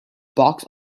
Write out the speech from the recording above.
box